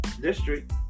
district